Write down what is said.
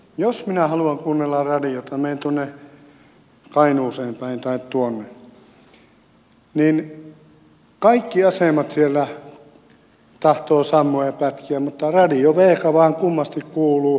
jos minä haluan kuunnella radiota kun menen tuonne kainuuseen päin tai tuonne kaikki asemat siellä tahtovat sammua ja pätkiä mutta radio vega vain kummasti kuuluu